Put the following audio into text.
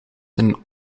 een